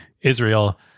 Israel